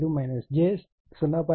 5 j 0